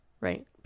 Right